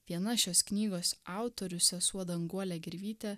viena šios knygos autorių sesuo danguolė gervytė